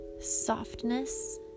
softness